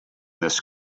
this